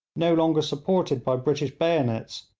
no longer supported by british bayonets,